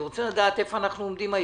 אני רוצה לדעת איפה אנחנו עומדים היום.